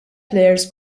plejers